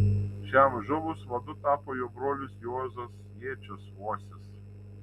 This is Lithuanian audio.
šiam žuvus vadu tapo jo brolis juozas jėčius uosis